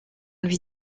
lui